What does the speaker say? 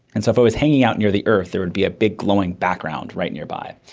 and so if i was hanging out nearly earth there would be a big glowing background right nearby.